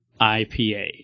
IPA